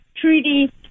Treaty